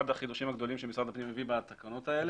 אחד החידושים הגדולים שמשרד הפנים הביא בתקנות האלה.